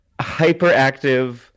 Hyperactive